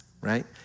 right